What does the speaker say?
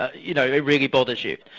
ah you know, it really bothers you.